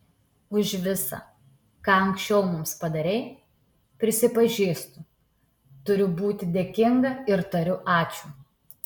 už visa ką anksčiau mums padarei prisipažįstu turiu būti dėkinga ir tariu ačiū